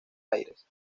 aires